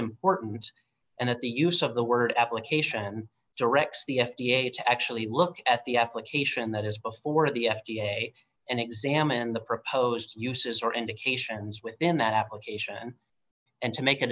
important and at the use of the word application directs the f d a to actually look at the application that is before the f d a and examine the proposed uses or indications within that application and to make a